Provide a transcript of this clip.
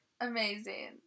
amazing